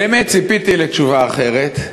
באמת ציפיתי לתשובה אחרת.